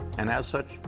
and as such,